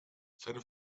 seine